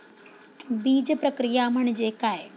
बीजप्रक्रिया म्हणजे काय?